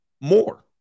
more